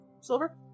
silver